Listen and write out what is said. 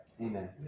Amen